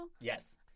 Yes